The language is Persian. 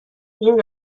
این